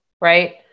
right